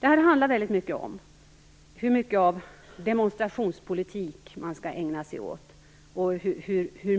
Detta handlar väldigt mycket om hur mycket av demonstrationspolitik man skall ägna sig åt och hur